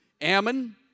Ammon